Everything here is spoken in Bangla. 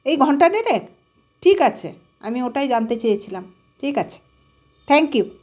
এই ঘণ্টা দেড়েক ঠিক আছে আমি ওটাই জানতে চেয়েছিলাম ঠিক আছে থ্যাংক ইউ